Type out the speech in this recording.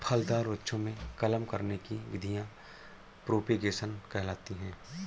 फलदार वृक्षों में कलम करने की विधियां प्रोपेगेशन कहलाती हैं